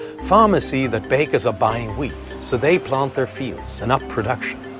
farmers see that bakers are buying wheat so they plant their fields, and up production.